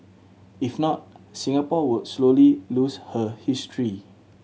if not Singapore would slowly lose her history